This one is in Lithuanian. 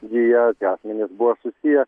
gija tie asmenys buvo susiję